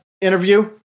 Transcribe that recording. interview